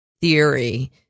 theory